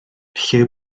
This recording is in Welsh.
lle